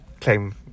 claim